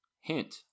Hint